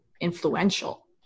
influential